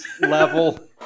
level